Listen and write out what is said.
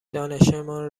دانشمان